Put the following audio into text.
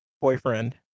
boyfriend